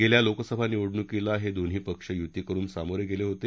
गेल्या लोकसभा निवडणुकीला हे दोन्ही पक्ष युती करून सामोरे गेले होते